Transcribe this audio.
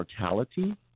mortality